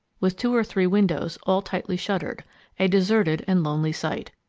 with two or three windows, all tightly shuttered a deserted and lonely sight.